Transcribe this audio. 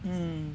um